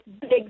big